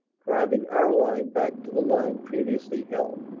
driving our line back to the line previously held.